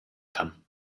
kann